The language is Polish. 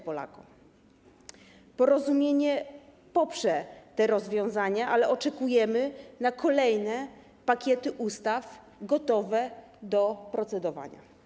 Porozumienie poprze te rozwiązania, ale oczekujemy na kolejne pakiety ustaw gotowe do procedowania.